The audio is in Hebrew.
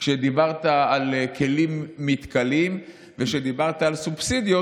כשדיברת על כלים מתכלים וכשדיברת על סובסידיות,